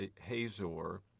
Hazor